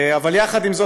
עם זאת,